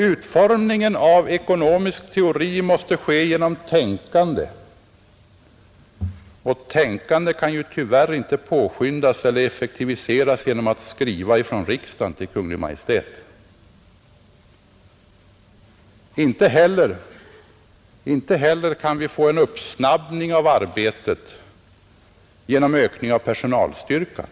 Utformningen av ekonomisk teori måste ske genom tänkande, och tänkande kan tyvärr inte påskyndas eller effektiviseras genom riksdagsskrivelser till Kungl. Maj:t. Inte heller kan vi få en uppsnabbning av arbetet genom ökning av personalstyrkan.